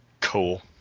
Cool